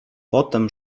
potem